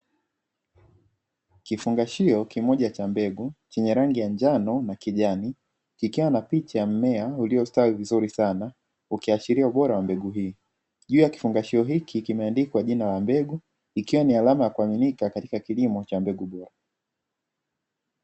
Kifungashio kimoja cha mbegu chenye rangi ya njano na kijani, kikiwa na picha mmea uliostawi vizuri sana ukiashiria ubora wa mbegu hii juu ya kifungashio kuna alama ya kuaminika katika kilimo.